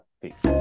Peace